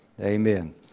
Amen